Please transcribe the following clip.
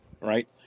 right